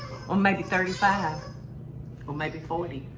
or maybe thirty five or maybe forty.